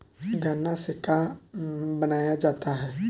गान्ना से का बनाया जाता है?